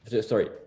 sorry